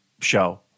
show